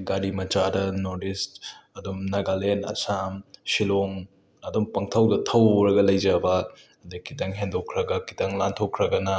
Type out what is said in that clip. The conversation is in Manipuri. ꯒꯥꯔꯤ ꯃꯆꯥꯗ ꯅꯣꯔꯠ ꯏꯁ ꯑꯗꯨꯝ ꯅꯥꯒꯥꯂꯦꯟ ꯑꯁꯥꯝ ꯁꯤꯜꯂꯣꯡ ꯑꯗꯨꯝ ꯄꯪꯊꯧꯗ ꯊꯧꯔꯒ ꯂꯩꯖꯕ ꯑꯗꯩ ꯈꯤꯇꯪ ꯍꯦꯟꯗꯣꯛꯈ꯭ꯔꯒ ꯈꯤꯇꯪ ꯂꯥꯟꯊꯣꯛꯈ꯭ꯔꯒꯅ